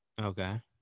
Okay